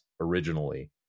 originally